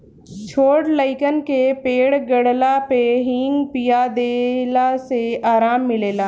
छोट लइकन के पेट गड़ला पे हिंग पिया देला से आराम मिलेला